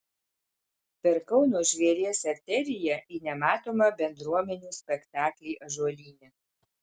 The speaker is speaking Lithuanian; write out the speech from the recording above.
per kauno žvėries arteriją į nematomą bendruomenių spektaklį ąžuolyne